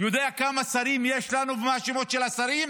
יודע כמה שרים יש לנו ומה השמות של השרים